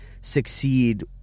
succeed